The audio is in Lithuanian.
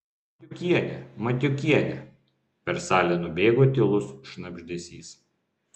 matiukienė matiukienė per salę nubėgo tylus šnabždesys